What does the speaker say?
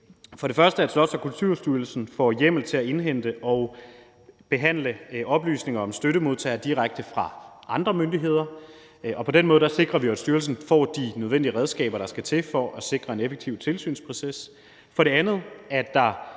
For det første får Slots- og Kulturstyrelsen hjemmel til at indhente og behandle oplysninger om støttemodtagere direkte fra andre myndigheder. På den måde sikrer vi, at styrelsen får de nødvendige redskaber, der skal til for at sikre en effektiv tilsynsproces.